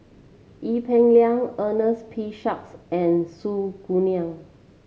Ee Peng Liang Ernest P Shanks and Su Guaning